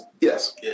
Yes